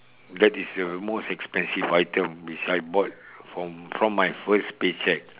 that is the most expensive item which I bought from from my first pay cheque